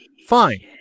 Fine